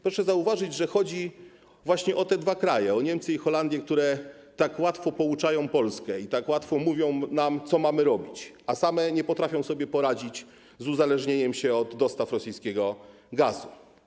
Proszę zauważyć, że chodzi właśnie o te dwa kraje: o Niemcy i Holandię, które tak łatwo pouczają Polskę i tak łatwo mówią nam, co mamy robić, a same nie potrafią sobie poradzić z uzależnieniem od dostaw rosyjskiego gazu.